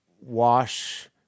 wash